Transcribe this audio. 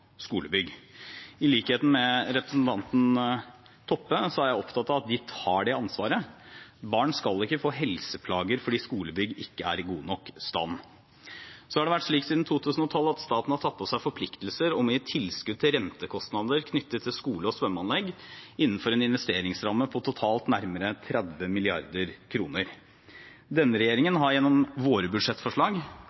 I likhet med representanten Toppe er jeg opptatt av at de tar det ansvaret. Barn skal ikke få helseplager fordi skolebygg ikke er i god nok stand. Siden 2012 har staten tatt på seg forpliktelser om å gi tilskudd til rentekostnader knyttet til skole- og svømmeanlegg innenfor en investeringsramme på totalt nærmere 30 mrd. kr. Denne regjeringen